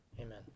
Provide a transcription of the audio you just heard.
Amen